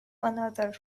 another